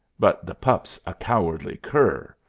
but the pup's a cowardly cur,